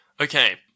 okay